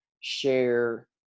share